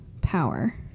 power